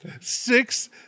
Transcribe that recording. Six